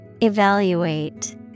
Evaluate